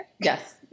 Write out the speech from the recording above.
Yes